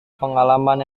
pengalaman